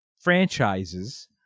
franchises